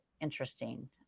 interesting